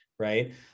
right